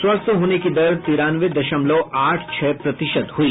स्वस्थ होने की दर तिरानवे दशमलव आठ छह प्रतिशत हुई